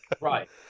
Right